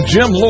Jim